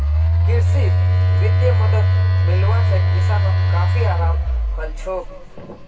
कृषित वित्तीय मदद मिलवा से किसानोंक काफी अराम हलछोक